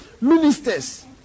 ministers